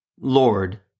Lord